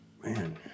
Man